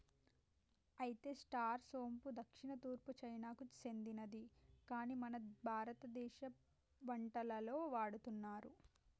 అయితే స్టార్ సోంపు దక్షిణ తూర్పు చైనాకు సెందినది కాని మన భారతదేశ వంటలలో వాడుతున్నారు